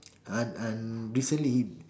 uh and recently